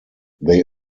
they